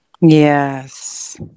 Yes